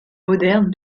moderne